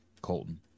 colton